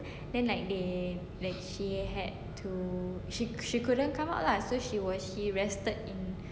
then like they like she had to she couldn't come out lah she was she rested in